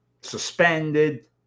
suspended